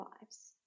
lives